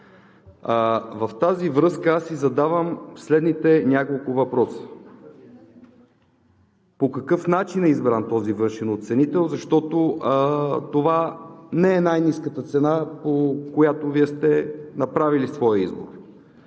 В тази връзка аз си задавам следните няколко въпроса: по какъв начин е избран този външен оценител, защото това не е най-ниската цена, по която Вие сте направили своя избор?